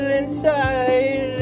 inside